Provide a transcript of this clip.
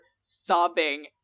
sobbing